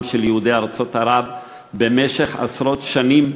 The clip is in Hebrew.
של יהודי ארצות ערב במשך עשרות שנים,